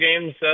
games